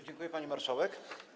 Dziękuję, pani marszałek.